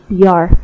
PR